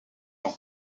nom